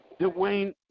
Dwayne